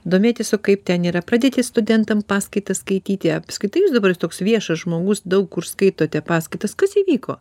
domėtis o kaip ten yra pradėti studentam paskaitas skaityti apskritai jūs dabar toks viešas žmogus daug kur skaitote paskaitas kas įvyko